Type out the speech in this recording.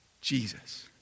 Jesus